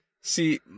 See